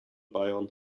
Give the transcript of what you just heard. bayern